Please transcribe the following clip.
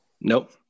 Nope